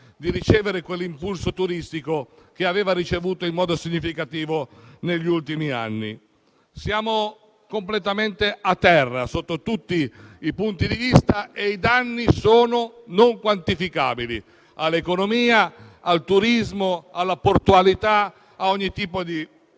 di ricevere quell'impulso turistico che aveva ricevuto in modo significativo negli ultimi anni. Siamo completamente a terra sotto tutti i punti di vista e i danni all'economia, al turismo, alla portualità e a ogni tipo di